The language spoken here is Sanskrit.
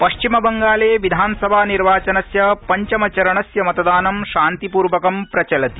पश्चिम बंगाले विधानसभा निर्वाचनस्य पञ्चम चरणस्य मतदानं शांतिपूर्वकं प्रचलति